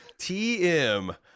tm